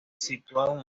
situados